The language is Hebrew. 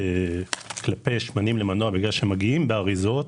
כלפי שמנים למנוע כיוון שמגיעים באריזות,